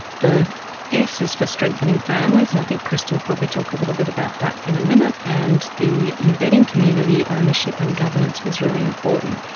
the s is for strengthening families, and i think kristie will probably talk a little bit about that in a minute. and the embedding community, ownership and governance' was really important.